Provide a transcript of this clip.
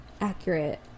accurate